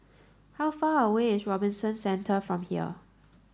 how far away is Robinson Centre from here